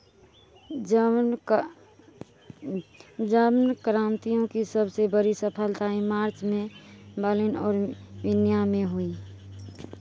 German का German क्रांतियों की सबसे बड़ी सफलताएँ मार्च में बर्लिन और विनया में हुई